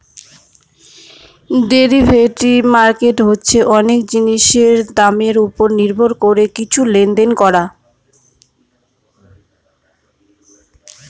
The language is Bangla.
ডেরিভেটিভ মার্কেট হচ্ছে অনেক জিনিসের দামের ওপর নির্ভর করে কিছু লেনদেন করা